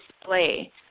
display